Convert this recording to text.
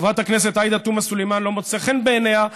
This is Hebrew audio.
חברת הכנסת עאידה תומא סלימאן לא מוצא חן בעיניה,